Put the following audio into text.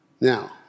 Now